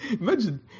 imagine